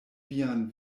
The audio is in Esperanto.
vian